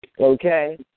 okay